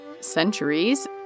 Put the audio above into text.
centuries